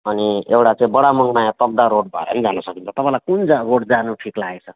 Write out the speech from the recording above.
अनि एउटा चाहिँ बढा मङमाया तकदाह रोड भएर नि जान सकिन्छ तपाईँलाई कुन जा रोड जानु ठिक लागेको छ